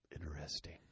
Interesting